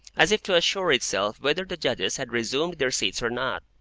as if to assure itself whether the judges had resumed their seats or not.